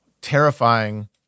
terrifying